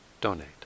donate